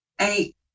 eight